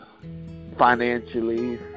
financially